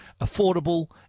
affordable